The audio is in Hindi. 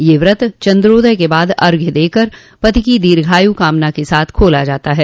यह व्रत चन्द्रोदय के बाद अर्घ देकर पति की दीर्घायू की कामना के साथ खोला जाता है